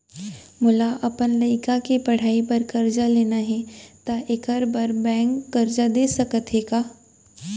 मोला अपन लइका के पढ़ई बर करजा लेना हे, त एखर बार बैंक करजा दे सकत हे का?